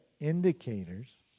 indicators